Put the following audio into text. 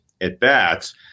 at-bats